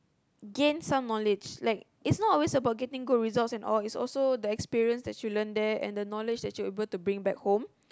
gain some knowledge like it's not always about getting good result and all it's also the experience that you learn there and the knowledge that you able to bring back home